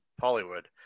Hollywood